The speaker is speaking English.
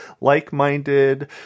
like-minded